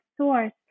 source